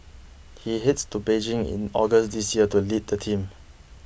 he heads to Beijing in August this year to lead the team